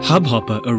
Hubhopper